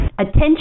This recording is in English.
attention